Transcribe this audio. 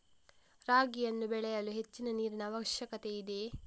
ರಾಗಿಯನ್ನು ಬೆಳೆಯಲು ಹೆಚ್ಚಿನ ನೀರಿನ ಅವಶ್ಯಕತೆ ಇದೆಯೇ?